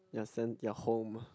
ya send ya home